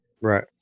right